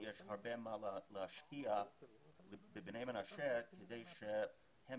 יש הרבה מה להשקיע בבני מנשה כדי שהם